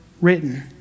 written